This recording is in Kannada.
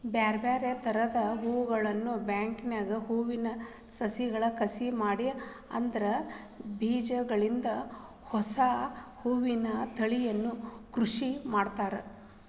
ಬ್ಯಾರ್ಬ್ಯಾರೇ ತರದ ಹೂಗಳನ್ನ ಬೆಳ್ಯಾಕ ಹೂವಿನ ಸಸಿಗಳ ಕಸಿ ಮಾಡಿ ಅದ್ರ ಬೇಜಗಳಿಂದ ಹೊಸಾ ಹೂವಿನ ತಳಿಯನ್ನ ಸೃಷ್ಟಿ ಮಾಡ್ತಾರ